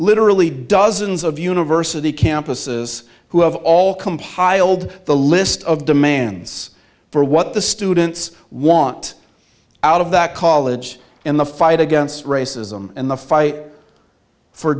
literally dozens of university campuses who have all compiled the list of demands for what the students want out of that college in the fight against racism and the fight for